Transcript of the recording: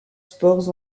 sports